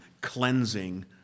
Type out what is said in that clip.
cleansing